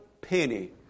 penny